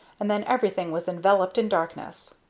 and then everything was enveloped in darkness.